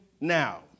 now